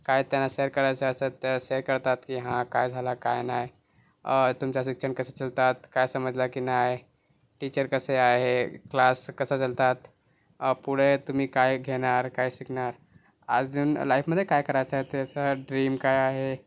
काय त्यांना सेर करायचं असेल तर सेर करतात ते हा काय झाला काय नाही तुमचा शिक्षण कसं चालतात काय समजला की नाही टीचर कसे आहे क्लास कसा चालतात पुढं तुम्ही काय घेणार काय शिकणार अजून लाइफमध्ये काय करायचा आहे ते तुमचा ड्रीम काय आहे